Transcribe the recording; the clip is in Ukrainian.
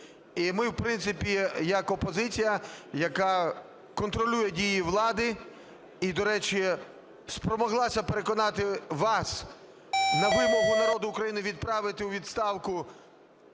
І ми, в принципі, як опозиція, яка контролює дії влади, і, до речі, спромоглася переконати вас на вимогу народу України відправити у відставку